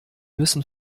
müssen